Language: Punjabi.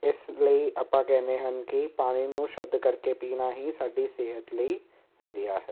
ਇਸ ਲਈ ਆਪਾਂ ਕਹਿੰਦੇ ਹਨ ਕਿ ਪਾਣੀ ਨੂੰ ਸ਼ੁੱਧ ਕਰਕੇ ਪੀਣਾ ਹੀ ਸਾਡੀ ਸਿਹਤ ਲਈ ਵਧੀਆ ਹੈ